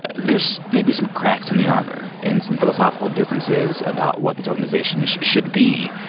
there's maybe some cracks in the armor and some philosophical differences about what these organizations should be.